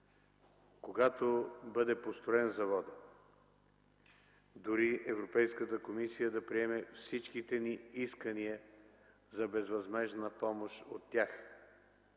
Когато бъде построен заводът, дори Европейската комисия да приеме всичките ни искания за безвъзмездна помощ от тях,